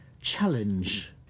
challenge